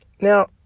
Now